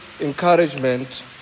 encouragement